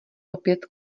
opět